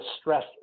stress